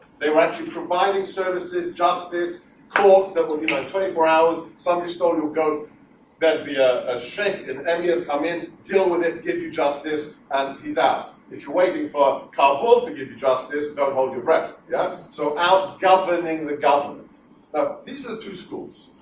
they went to providing services justice courts that would be like twenty four hours somebody stole your growth there'd be ah a shake and emiel come in till when it give you justice and he's out if you're waiting for carpool to give you justice don't hold your breath yeah so out calculating the government ah these are two schools